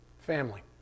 Family